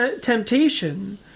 temptation